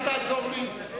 אל תעזור לי.